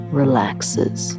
relaxes